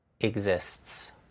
exists